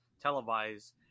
televised